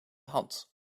hand